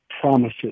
promises